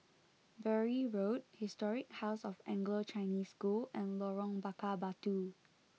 Bury Road Historic House of Anglo Chinese School and Lorong Bakar Batu